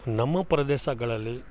ನಮ್ಮ ಪ್ರದೇಶಗಳಲ್ಲಿ